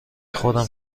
خود